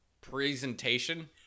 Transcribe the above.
presentation